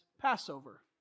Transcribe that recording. Passover